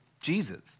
Jesus